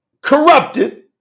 corrupted